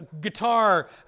guitar